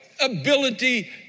ability